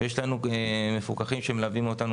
ויש לנו מפוקחים שמלווים אותנו,